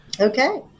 Okay